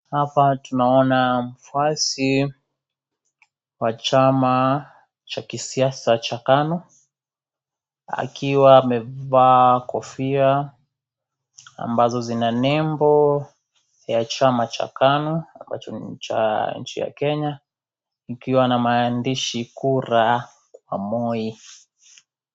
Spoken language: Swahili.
Hapa tunaona mfuasi wa chama cha kisiasa cha KANU, akiwa amebeba kofia ambazo zina nembo ya chama cha KANU, ambacho ni cha Kenya, ikiwa na maandishi kura kwa Moi.